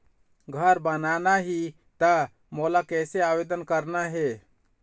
घर बनाना ही त मोला कैसे आवेदन करना हे?